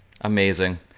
Amazing